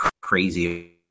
crazy